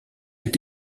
est